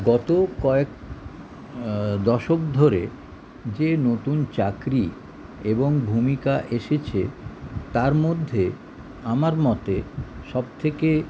গত কয়েক দশক ধরে যে নতুন চাকরি এবং ভূমিকা এসেছে তার মধ্যে আমার মতে সব থেকে